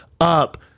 up